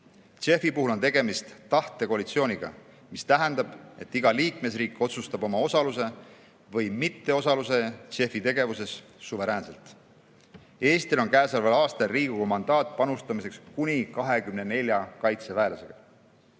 JEF-i puhul on tegemist tahtekoalitsiooniga, mis tähendab, et iga liikmesriik otsustab oma osalemise või mitteosalemise JEF-i tegevuses suveräänselt. Eestil on käesolevaks aastaks Riigikogu mandaat panustada sellesse kuni 24 kaitseväelasega.